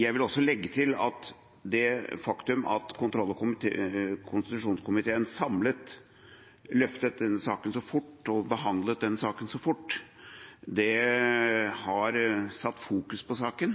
Jeg vil også legge til at det faktum at kontroll- og konstitusjonskomiteen samlet løftet denne saken så fort og behandlet denne saken så fort, har satt fokus på saken,